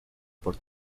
por